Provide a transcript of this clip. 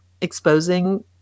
exposing